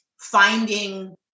finding